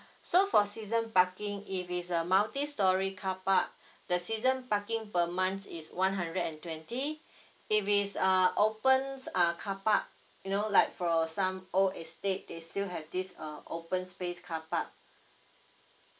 so for season parking if it's a multistorey car park the season parking per month is one hundred and twenty if it's uh opens uh car park you know like for some old estate they still have this uh open space car park